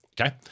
Okay